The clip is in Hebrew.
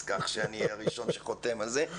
אז כך שאני הראשון שחותם על זה.